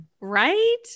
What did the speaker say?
Right